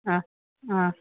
ആ ആ